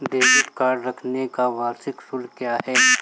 Debit card रखने का वार्षिक शुल्क क्या है?